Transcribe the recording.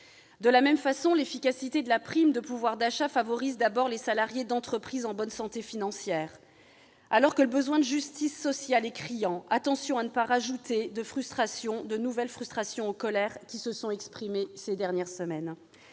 De même, l'efficacité de la prime de pouvoir d'achat favorise d'abord les salariés d'entreprises en bonne santé financière. Alors que le besoin de justice sociale est criant, prenons garde à ne pas ajouter de nouvelles frustrations aux colères qui se sont exprimées ces dernières semaines.